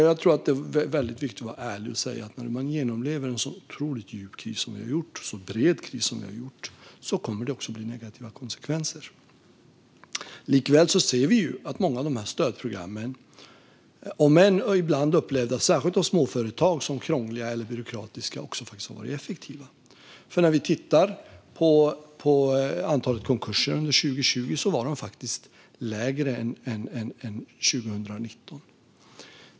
Jag tror att det är väldigt viktig att vara ärlig och säga att det när man genomlever en så otroligt djup och bred kris som vi har gjort kommer att bli negativa konsekvenser. Likväl ser vi att många av stödprogrammen, även om de ibland upplevs av särskilt småföretag som krångliga eller byråkratiska, också har varit effektiva. När vi tittar på antalet konkurser under 2020 ser vi att de var färre än under 2019.